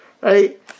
right